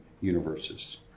universes